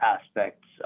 aspects